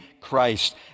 Christ